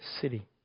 city